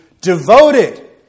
devoted